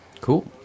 Cool